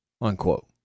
unquote